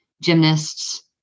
gymnasts